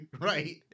Right